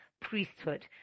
priesthood